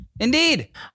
Indeed